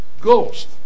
Ghost